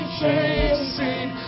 chasing